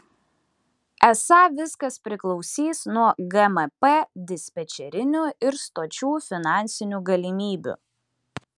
esą viskas priklausys nuo gmp dispečerinių ir stočių finansinių galimybių